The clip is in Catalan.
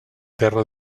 terra